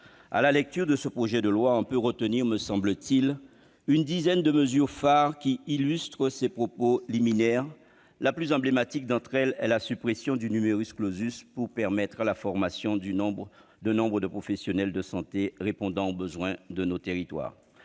À la lecture de ce projet de loi, on peut retenir, me semble-t-il, une dizaine de mesures phares illustrant mes propos liminaires. La plus emblématique d'entre elles est la suppression du, pour permettre la formation d'un nombre de professionnels de santé répondant aux besoins de nos territoires.